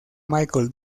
michael